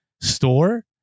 store